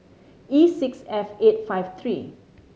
E six F eight five three